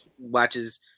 watches